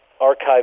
Archive